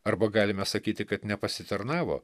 arba galime sakyti kad nepasitarnavo